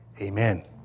Amen